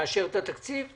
נאשר את התקציב?